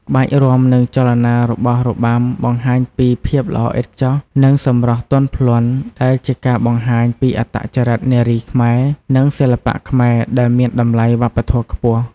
ក្បាច់រាំនិងចលនារបស់របាំបង្ហាញពីភាពល្អឥតខ្ចោះ និងសម្រស់ទន់ភ្លន់ ដែលជាការបង្ហាញពីអត្តចរិតនារីខ្មែរ និងសិល្បៈខ្មែរដែលមានតម្លៃវប្បធម៌ខ្ពស់។